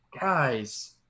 guys